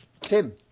Tim